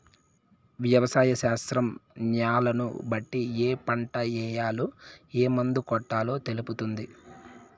వ్యవసాయ శాస్త్రం న్యాలను బట్టి ఏ పంట ఏయాల, ఏం మందు కొట్టాలో తెలుపుతుంది